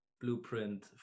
blueprint